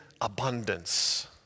abundance